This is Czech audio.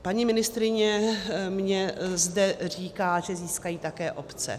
Paní ministryně mi zde říká, že získají také obce.